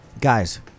Guys